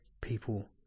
people